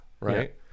right